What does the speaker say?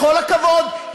בכל הכבוד,